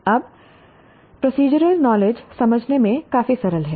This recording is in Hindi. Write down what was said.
अब प्रोसीजरल नॉलेज समझने में काफी सरल है